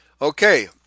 Okay